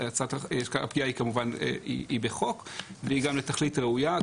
הפגיעה כמובן היא בחוק והיא גם לתכלית ראויה.